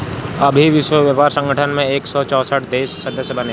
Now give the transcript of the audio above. अबही विश्व व्यापार संगठन में एक सौ चौसठ देस सदस्य बाने